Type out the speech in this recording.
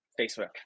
Facebook